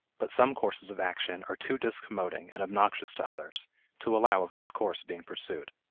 but some courses of action are too discommoding and obnoxious to others to allow of this course being pursued.